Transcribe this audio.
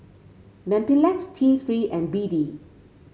Mepilex T Three and B D